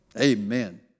Amen